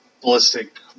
ballistic